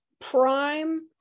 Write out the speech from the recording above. prime